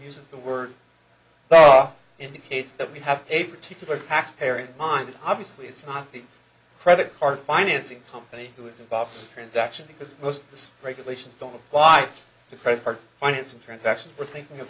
uses the word bar indicates that we have a particular taxpayer in mind obviously it's not the credit card financing company who is above transaction because most of this regulations don't apply to credit card financing transactions we're thinking